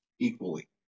equally